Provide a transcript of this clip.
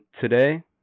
today